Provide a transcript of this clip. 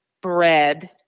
bread